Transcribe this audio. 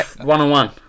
one-on-one